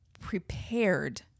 prepared